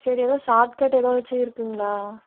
சரி ஏதாவது ஷார்ட்கட் ஏதாச்சும் இருக்குதுங்களா